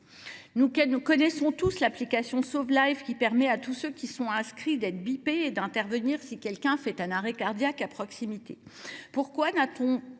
Nous connaissons tous l’application « SAUV Life », qui permet à tous ceux qui sont inscrits d’être alertés si quelqu’un fait un arrêt cardiaque à proximité. Pourquoi n’a t on